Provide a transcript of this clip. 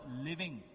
living